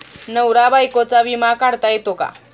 नवरा बायकोचा विमा काढता येतो का?